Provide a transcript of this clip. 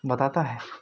बताता है